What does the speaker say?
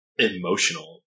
emotional